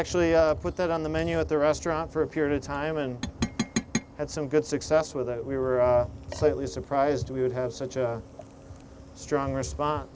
actually put that on the menu at the restaurant for a period of time and had some good success with it we were slightly surprised we would have such a strong respon